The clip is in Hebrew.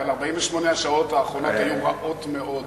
אבל 48 השעות האחרונות היו רעות מאוד.